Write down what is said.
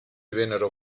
vennero